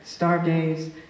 stargaze